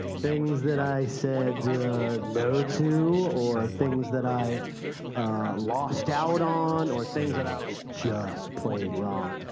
things that i said no to or things that i lost out on or things that i was just plain wrong.